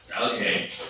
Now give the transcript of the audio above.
Okay